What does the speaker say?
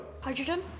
Hydrogen